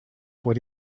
what